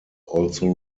also